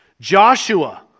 Joshua